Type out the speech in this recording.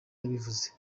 yabivuze